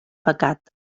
pecat